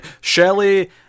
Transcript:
Shelley